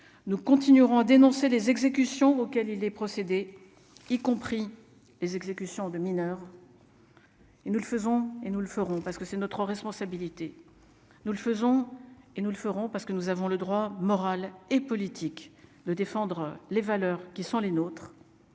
nous continuerons, dénoncé les exécutions auxquelles il est procédé, y compris les exécutions de mineurs, et nous le faisons, et nous le ferons, parce que c'est notre responsabilité, nous le faisons, et nous le ferons, parce que nous avons le droit moral et politique de défendre les valeurs qui sont les nôtres